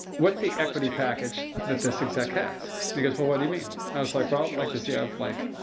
what's the equity package that this exec has? and he goes well what do you mean? and i was like, well like does he have like,